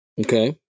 Okay